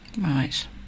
right